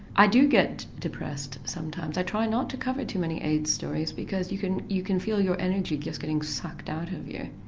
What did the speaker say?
i do get depressed sometimes, i try not to cover too many aids stories because you can you can feel your energy just getting sucked out of you.